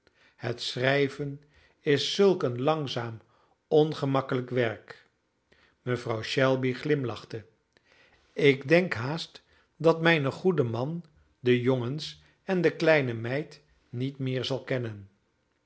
het schrijven is zulk een langzaam ongemakkelijk werk mevrouw shelby glimlachte ik denk haast dat mijn goede man de jongens en de kleine meid niet meer zal kennen